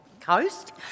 Coast